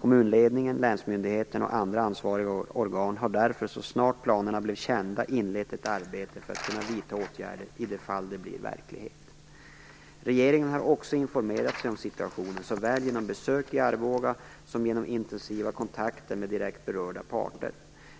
Kommunledningen, länsmyndigheten och andra ansvariga organ har därför så snart planerna blev kända inlett ett arbete för att kunna vidta åtgärder i de fall de blir verklighet. Regeringen har också informerat sig om situationen såväl genom besök i Arboga som genom intensiva kontakter med direkt berörda parter.